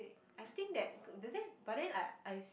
I think that but then I I've